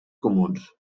comuns